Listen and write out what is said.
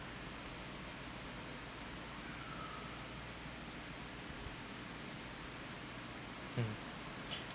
mm